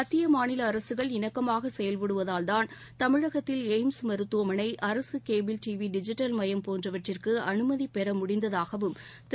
மத்திய மாநில அரசுகள் இணக்கமாக செயல்படுவதால் தான் தமிழகத்தில் எய்ம்ஸ் மருத்துவமனை அரசு கேபிள் டிவி டிஜிட்டல் மயம் போன்றவற்றிற்கு அனுமதி பெற முடிந்ததாகவும் திரு